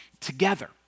together